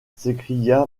s’écria